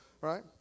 Right